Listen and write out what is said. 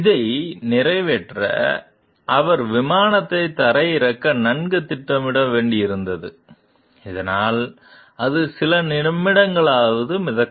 இதை நிறைவேற்ற அவர் விமானத்தை தரையிறக்க நன்கு திட்டமிட வேண்டியிருந்தது இதனால் அது சில நிமிடங்களாவது மிதக்கும்